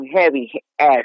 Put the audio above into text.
heavy-ass